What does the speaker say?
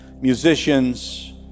musicians